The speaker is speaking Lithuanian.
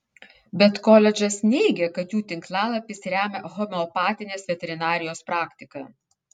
bet koledžas neigia kad jų tinklalapis remia homeopatinės veterinarijos praktiką